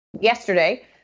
yesterday